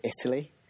Italy